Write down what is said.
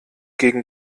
gegen